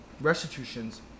restitutions